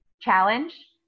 challenge